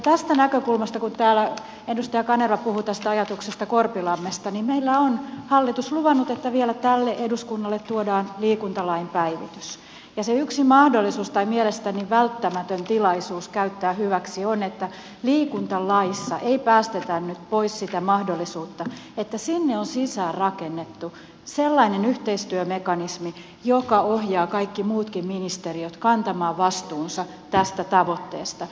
tästä näkökulmasta kun täällä edustaja kanerva puhui tästä ajatuksesta korpilammesta meillä on hallitus luvannut että vielä tälle eduskunnalle tuodaan liikuntalain päivitys ja se yksi mahdollisuus tai mielestäni välttämätön tilaisuus joka pitää käyttää hyväksi on se että liikuntalaissa ei päästetä nyt pois sitä mahdollisuutta että sinne on sisään rakennettu sellainen yhteistyömekanismi joka ohjaa kaikki muutkin ministeriöt kantamaan vastuunsa tästä tavoitteesta